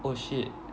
oh shit